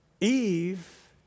Eve